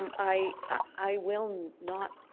um i i will not,